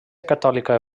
catòlica